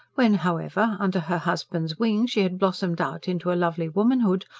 when, however, under her husband's wing she had blossomed out into a lovely womanhood,